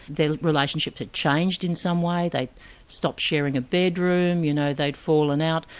the relationship had changed in some way, they stopped sharing a bedroom, you know, they'd fallen out,